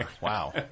Wow